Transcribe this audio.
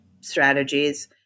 strategies